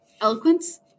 Eloquence